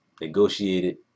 negotiated